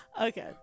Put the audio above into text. Okay